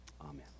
Amen